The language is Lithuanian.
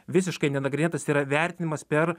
visiškai nenagrinėtas yra vertinimas per